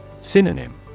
Synonym